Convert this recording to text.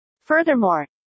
furthermore